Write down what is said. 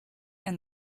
and